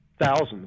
Thousands